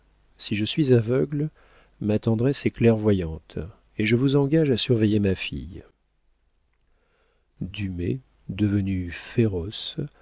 si je suis aveugle ma tendresse est clairvoyante et je vous engage à surveiller ma fille dumay devenu féroce